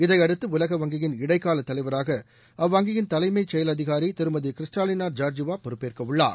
இதையடுத்து உலக வங்கியின் இடைக்கால தலைவராக அவ்வங்கியின் தலைமை செயல் அதிகாரி கிறிஸ்டாலினா ஜார்ஜிவா பொறுப்பேற்க உள்ளார்